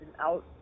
out